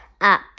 up